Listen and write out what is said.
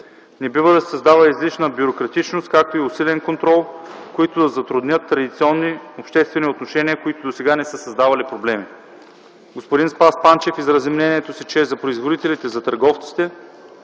Не бива да се създава излишна бюрократичност, както и усилен контрол, които да затруднят традиционни обществени отношения, които досега не са създавали проблеми. Господин Спас Панчев изрази мнението си, че за производителите, за търговците,